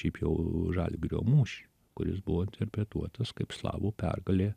šiaip jau žalgirio mūšį kuris buvo interpretuotas kaip slavų pergalė